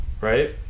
right